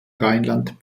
rheinland